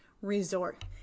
resort